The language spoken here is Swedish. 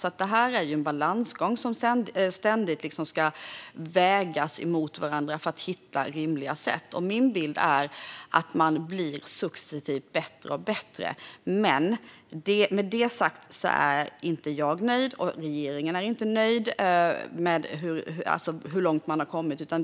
Detta är en balansgång med saker som ständigt ska vägas mot varandra för att det ska gå att hitta rimliga sätt. Min bild är att man successivt blir bättre och bättre. Men med det sagt är inte jag och regeringen nöjda med hur långt man har kommit.